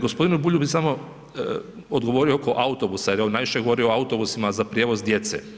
Gospodinu Bulju bi samo odgovorio oko autobusa, jer je on najviše govorio o autobusima za prijevoz djece.